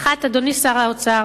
אדוני שר האוצר,